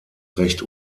recht